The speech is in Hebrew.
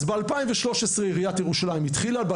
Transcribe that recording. אז בשנת 2013 עיריית ירושלים התחילה עם